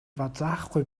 базаахгүй